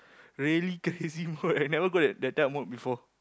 really crazy mode I never go that that type of mode before